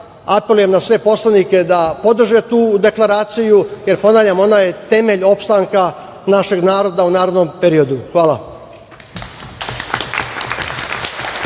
Apelujem na sve poslanike da podrže tu deklaraciju, jer ponavljam – ona je temelj opstanka našeg naroda u narednom periodu. Hvala.